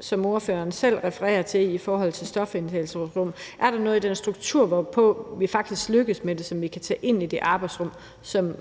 som spørgeren selv refererer til i forhold til stofindtagelsesrum, og er der noget i den struktur, i hvilken vi faktisk lykkedes med det, som vi kan tage ind i det arbejdsrum, som